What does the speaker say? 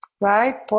Right